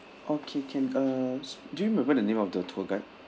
okay can uh do you remember the name of the tour guide